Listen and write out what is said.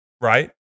right